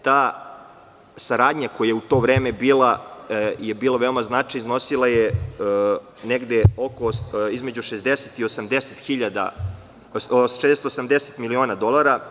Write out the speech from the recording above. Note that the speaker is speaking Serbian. Ta saradnja, koja je u to vreme bila veoma značajna, iznosila je negde između 60 i 80 miliona dolara.